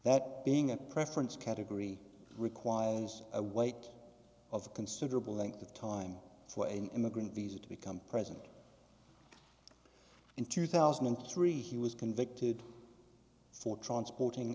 that being a preference category requires a wait of considerable length of time for an immigrant visa to become present in two thousand and three he was convicted for transporting